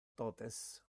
totes